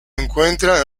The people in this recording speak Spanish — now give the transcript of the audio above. encuentra